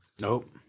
Nope